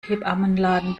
hebammenladen